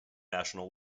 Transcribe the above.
national